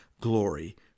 glory